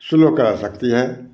सुलह करा सकती है